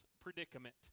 predicament